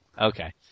Okay